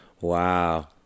wow